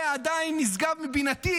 זה עדיין נשגב מבינתי,